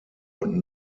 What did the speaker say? und